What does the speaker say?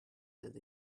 that